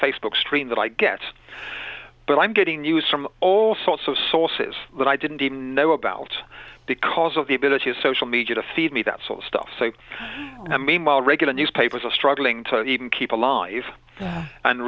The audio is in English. facebook stream that i get but i'm getting news from all sorts of sources that i didn't even know about because of the ability of social media to feed me that sort of stuff so i mean while regular newspapers are struggling to keep alive and